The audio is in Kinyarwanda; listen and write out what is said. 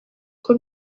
uko